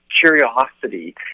curiosity